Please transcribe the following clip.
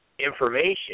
information